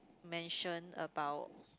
mention about